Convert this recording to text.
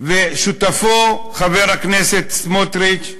ושותפו חבר הכנסת סמוטריץ,